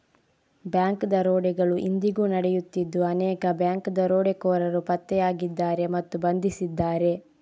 bank ದರೋಡೆಗಳು ಇಂದಿಗೂ ನಡೆಯುತ್ತಿದ್ದು ಅನೇಕ ಬ್ಯಾಂಕ್ ದರೋಡೆಕೋರರು ಪತ್ತೆಯಾಗಿದ್ದಾರೆ ಮತ್ತು ಬಂಧಿಸಿದ್ದಾರೆ